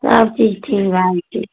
सबचीज ठीक भए जएतै